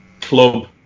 club